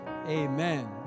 Amen